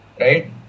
right